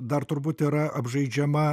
dar turbūt yra apžaidžiama